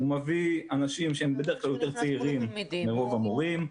הוא מביא אנשים שהם בדרך כלל יותר צעירים מרוב המורים.